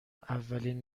اولین